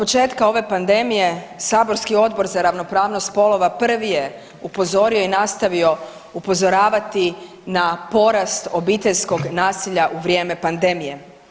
Otpočetka ove pandemije, saborski Odbor za ravnopravnost poslova prvi je upozorio i nastavio upozoravati na porast obiteljskog nasilja u vrijeme pandemije.